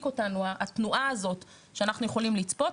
אותנו התנועה הזאת שאנחנו יכולים לצפות,